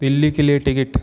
दिल्ली के लिए टिकिट